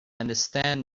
understand